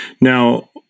Now